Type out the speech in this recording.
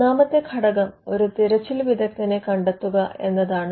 ഒന്നാമത്തെ ഘടകം ഒരു തിരച്ചിൽ വിദഗ്ധനെ കണ്ടെത്തുക എന്നതാണ്